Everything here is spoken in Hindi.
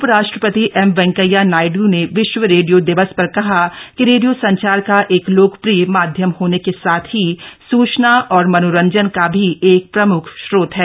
उपराष्ट्रपति एम वेंकैया नायड्र ने विश्व रेडियो दिवस पर कहा कि रेडियो संचार का एक लोकप्रिय माध्यम होने के साथ ही सूचना और मनोरंजन का भी एक प्रमुख स्रोत है